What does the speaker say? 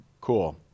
cool